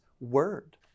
word